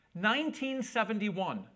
1971